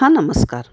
हां नमस्कार